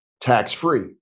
tax-free